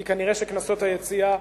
כי כנראה קנסות היציאה,